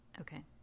Okay